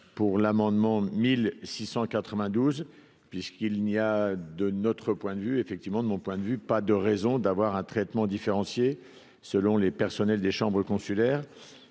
pour l'amendement 1692 puisqu'il n'y a, de notre point de vue, effectivement, de mon point de vue, pas de raison d'avoir un traitement différencié selon les personnels, des chambres consulaires